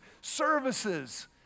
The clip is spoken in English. services